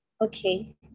okay